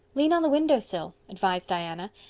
lean on the window sill, advised diana,